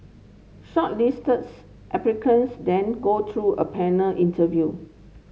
shortlists applicants then go through a panel interview